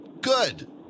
Good